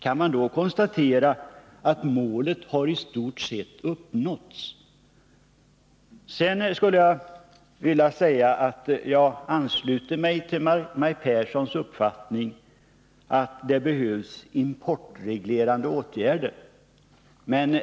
Kan man då konstatera att målet i stort sett har uppnåtts? Jag ansluter mig till Maj Pehrssons uppfattning, att det behövs importreglerande åtgärder.